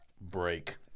break